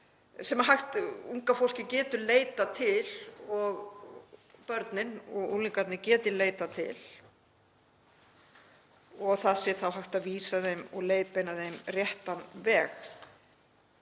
sem unga fólkið getur leitað til og börnin og unglingarnir geta leitað til og það sé þá hægt að vísa þeim og leiðbeina þeim réttan veg.